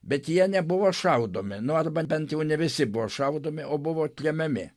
bet jie nebuvo šaudomi nu arba bent jau ne visi buvo šaudomi o buvo tremiami